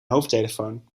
hoofdtelefoon